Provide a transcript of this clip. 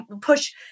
push